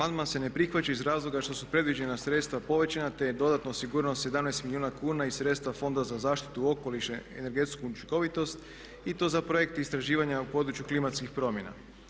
Amandman se ne prihvaća iz razloga što su predviđena sredstva povećana te je dodatno osigurano 17 milijuna kuna iz sredstva Fonda za zaštitu okoliša i energetsku učinkovitost i to za projekt istraživanja u području klimatskih promjena.